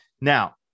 Now